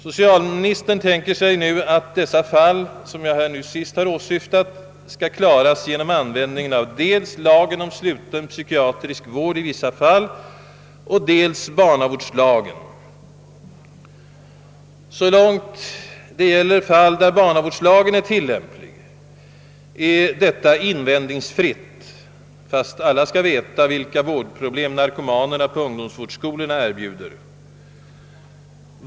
Socialministern tänker sig nu att dessa fall skall kunna ges vård med hjälp av dels lagen om sluten psykiatrisk vård i vissa fall, dels barnavårdslagen. När det gäller fall där barnavårdslagen är tillämplig är detta resonemang invändningsfritt, även om alla skall veta att narkomanerna på ungdomsvårdsskolorna erbjuder stora vårdproblem!